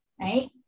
Right